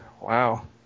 Wow